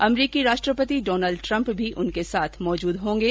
अमरीकी राष्ट्रपति Donald Trump भी उनके साथ मौजूद रहेंगे